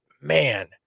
man